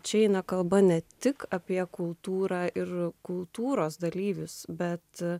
čia eina kalba ne tik apie kultūrą ir kultūros dalyvius bet